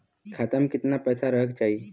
खाता में कितना पैसा रहे के चाही?